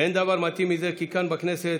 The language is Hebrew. אין דבר מתאים מזה כי כאן בכנסת